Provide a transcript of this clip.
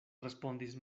respondis